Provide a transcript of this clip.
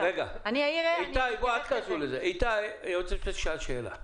איתי עצמון, היועץ המשפטי, שאל שאלה.